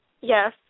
Yes